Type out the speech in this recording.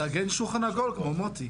תארגן שולחן עגול כמו מוטי.